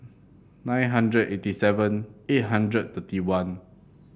nine hundred eighty seven eight hundred thirty one